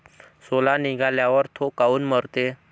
सोला निघाल्यावर थो काऊन मरते?